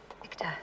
Victor